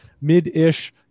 mid-ish